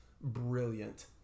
brilliant